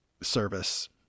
service